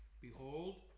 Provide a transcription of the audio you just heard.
Behold